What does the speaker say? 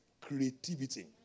creativity